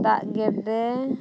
ᱫᱟᱜ ᱜᱮᱰᱮ